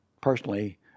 personally